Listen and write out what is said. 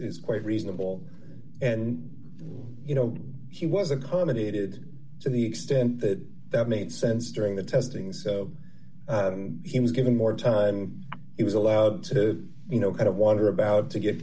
is quite reasonable and you know he was accommodated to the extent that that made sense during the testing so he was given more time and he was allowed to you know kind of wander about to get